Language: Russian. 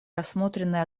рассмотрены